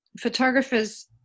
photographers